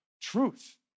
truth